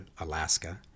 Alaska